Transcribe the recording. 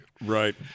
Right